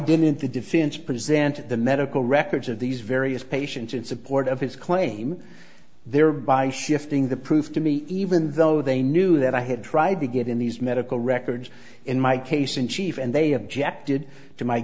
didn't the defense present the medical records of these various patients in support of his claim thereby shifting the proof to me even though they knew that i had tried to get in these medical records in my case in chief and they objected to m